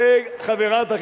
כי עיתונים